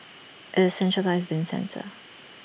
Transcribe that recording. IT is A centralised bin centre